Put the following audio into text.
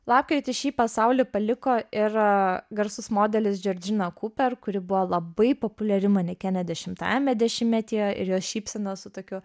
lapkritį šį pasaulį paliko ir garsus modelis džiordžina kuper kuri buvo labai populiari manekenė dešimtajame dešimtmetyje ir jos šypsena su tokiu